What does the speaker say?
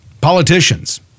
Politicians